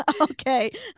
Okay